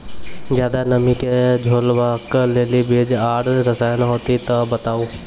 ज्यादा नमी के झेलवाक लेल बीज आर रसायन होति तऽ बताऊ?